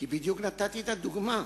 כי בדיוק נתתי את הדוגמה,